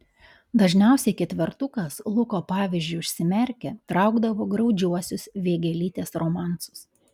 dažniausiai ketvertukas luko pavyzdžiu užsimerkę traukdavo graudžiuosius vėgėlytės romansus